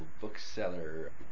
bookseller